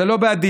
זה לא בעדי,